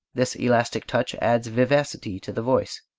this elastic touch adds vivacity to the voice.